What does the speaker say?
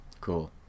Cool